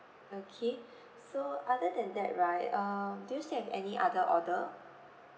okay so other than that right um do you still have any other order